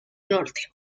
norte